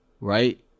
Right